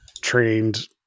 trained